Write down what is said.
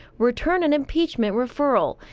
return an impeachment referral.